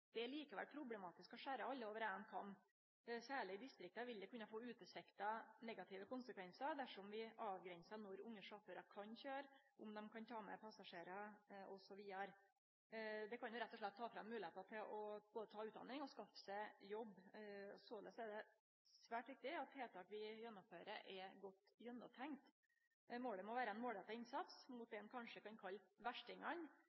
Det er likevel problematisk å skjere alle over éin kam. Særleg i distrikta vil det kunne få utilsikta negative konsekvensar dersom vi avgrensar når unge sjåførar kan køyre, om dei kan ta med passasjerar, osv. Det kan rett og slett ta frå dei moglegheita til både å ta utdanning og skaffe seg jobb. Såleis er det svært viktig at tiltak vi gjennomfører, er godt gjennomtenkte. Målet må vere ein målretta innsats mot dei ein kanskje kan kalle verstingane